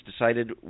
decided